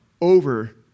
over